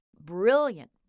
brilliant